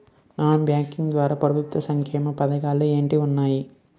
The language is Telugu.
నాన్ బ్యాంకింగ్ ద్వారా ప్రభుత్వ సంక్షేమ పథకాలు ఏంటి ఉన్నాయి?